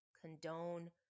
condone